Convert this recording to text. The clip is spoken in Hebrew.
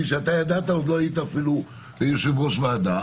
בלי שידעת - אפילו לא היית יושב-ראש ועדה